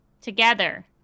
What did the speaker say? Together